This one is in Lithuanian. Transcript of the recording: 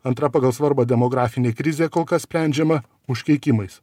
antra pagal svarbą demografinė krizė kol kas sprendžiama užkeikimais